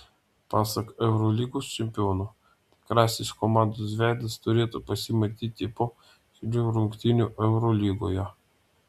pasak eurolygos čempiono tikrasis komandos veidas turėtų pasimatyti po kelių rungtynių eurolygoje